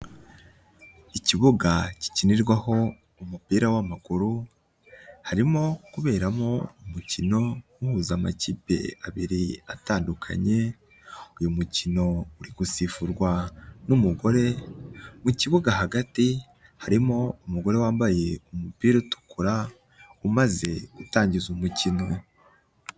Ikibuga gikinirwaho umupira w'amaguru, harimo kuberamo umukino uhuza amakipe abiri atandukanye, uyu mukino uri gusifurwa n'umugore, mu kibuga hagati harimo umugore wambaye umupira utukura umaze gutangiza umukino.